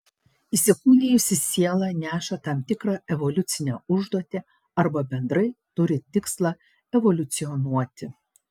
įsikūnijusi siela neša tam tikrą evoliucinę užduotį arba bendrai turi tikslą evoliucionuoti